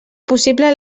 possible